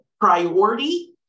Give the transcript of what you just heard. priority